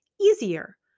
easier